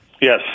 Yes